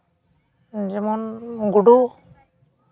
ᱡᱮᱢᱚᱱ ᱜᱩᱰᱩ